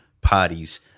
parties